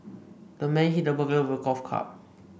the man hit the burglar with a golf club